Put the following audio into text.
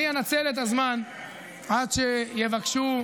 אנצל את הזמן עד שיבקשו,